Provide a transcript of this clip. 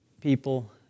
people